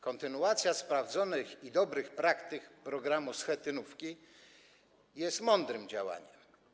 Kontynuacja sprawdzonych i dobrych praktyk programu schetynówki jest mądrym działaniem.